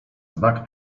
znak